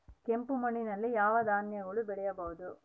ಕೆಂಪು ಮಣ್ಣಲ್ಲಿ ಯಾವ ಧಾನ್ಯಗಳನ್ನು ಬೆಳೆಯಬಹುದು?